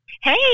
Hey